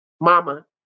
mama